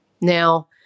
Now